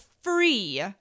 free